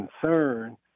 concern